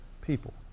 people